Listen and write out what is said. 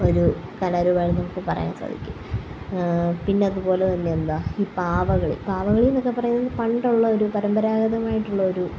ഒരു കലാരൂപമാണെന്ന് നമുക്ക് പറയാൻ സാധിക്കും പിന്നത് പോലെ തന്നെ എന്താ ഈ പാവ കളി പാവ കളി എന്നൊക്കെ പറയുന്ന പണ്ടുള്ള ഒരു പരമ്പരാഗതമായിട്ടുള്ള ഒരു നൃ